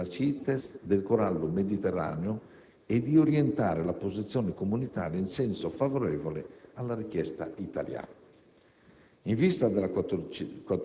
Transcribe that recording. dell'eventuale inclusione nella CITES del corallo mediterraneo e di orientare la posizione comunitaria in senso favorevole alla richiesta italiana.